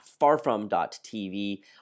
farfrom.tv